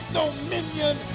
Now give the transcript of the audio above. dominion